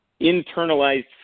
internalized